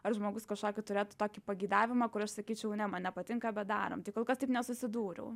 ar žmogus kažkokį turėtų tokį pageidavimą kur aš sakyčiau ne man nepatinka bet darom tai kol kas taip nesusidūriau